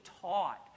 taught